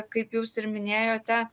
kaip jūs ir minėjote